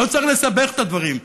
לא צריך לסבך את הדברים.